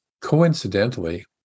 coincidentally